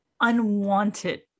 unwanted